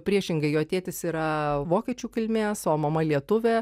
priešingai jo tėtis yra vokiečių kilmės o mama lietuvė